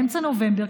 באמצע נובמבר,